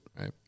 right